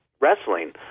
wrestling